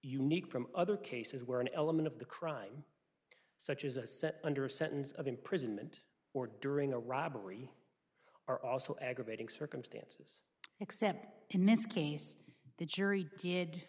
unique from other cases where an element of the crime such as a set under a sentence of imprisonment or during a robbery are also aggravating circumstances except in this case the jury did